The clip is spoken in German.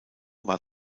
war